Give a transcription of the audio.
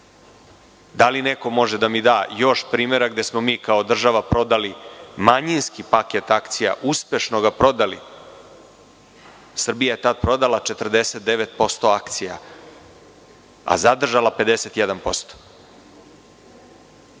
Da li neko može da mi da još primera gde smo kao država prodali manjinski paket akcija, uspešno ga prodali? Srbija je tada prodala 49% akcija, a zadržala